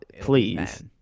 please